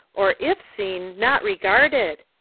or if seen, not regarded.